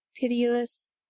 pitiless